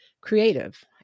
creative